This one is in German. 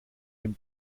dem